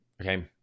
okay